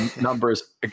numbers